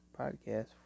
podcast